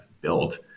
built